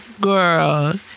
girl